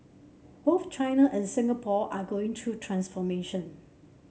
both China and Singapore are going through transformation